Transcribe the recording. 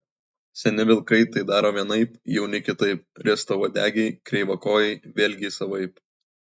seni vilkai tai daro vienaip jauni kitaip riestauodegiai kreivakojai vėlgi savaip